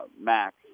Max